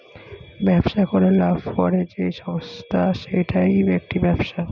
ব্যবসা করে লাভ করে যেই সংস্থা সেইটা একটি ব্যবসা